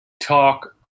talk